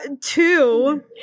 Two